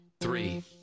three